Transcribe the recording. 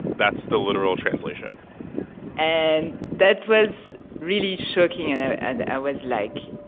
that's the literal translation and that was really shocking, and ah and i was, like,